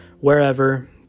wherever